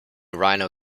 rhino